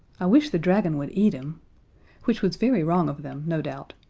i wish the dragon would eat him which was very wrong of them, no doubt,